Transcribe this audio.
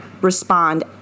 respond